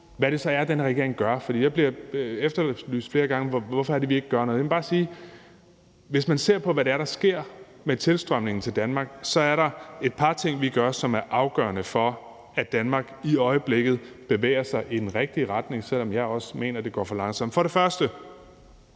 hvad det så er, den her regering gør – for der bliver flere gange spurgt, hvorfor vi ikke gør noget – så vil jeg bare sige: Hvis man ser på, hvad det er, der sker med tilstrømningen til Danmark, så er der et par ting, vi gør, som er afgørende for, at Danmark i øjeblikket bevæger sig i den rigtige retning, selv om jeg også mener, at det går for langsomt. For det første